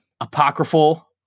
apocryphal